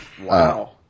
Wow